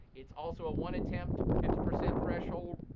it's also a one attempt, fifty percent threshold.